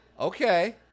Okay